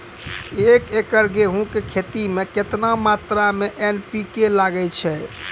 एक एकरऽ गेहूँ के खेती मे केतना मात्रा मे एन.पी.के लगे छै?